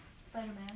Spider-Man